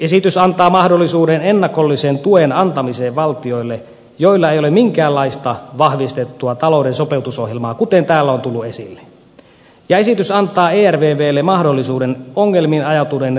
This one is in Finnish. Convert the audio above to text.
esitys antaa mahdollisuuden ennakollisen tuen antamiseen valtioille joilla ei ole minkäänlaista vahvistettua talouden sopeutusohjelmaa kuten täällä on tullut esille ja esitys antaa ervvlle mahdollisuuden ongelmiin ajautuneiden rahoituslaitosten pääomittamiseen